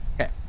okay